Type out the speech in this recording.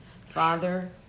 Father